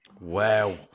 Wow